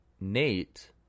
nate